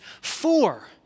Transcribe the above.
four